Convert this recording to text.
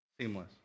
Seamless